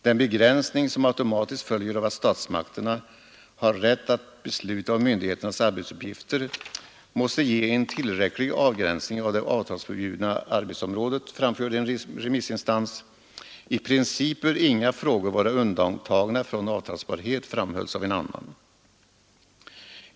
Den begränsning som automatiskt följer av att statsmakterna har rätt att besluta om myndigheternas arbetsuppgifter måste ge en tillräcklig avgränsning av det avtalsförbjudna arbetsområdet, framförde en remissinstans. I princip bör inga frågor vara undantagna från avtalsbarhet, framhölls av en annan.